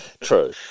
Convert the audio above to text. True